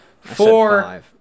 Four